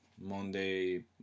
Monday